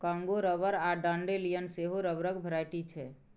Congo rubber आ dandelion सेहो रबरक भेराइटी छै